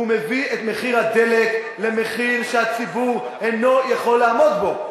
הוא מביא את מחיר הדלק למחיר שהציבור אינו יכול לעמוד בו.